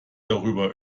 darüber